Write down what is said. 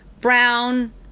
brown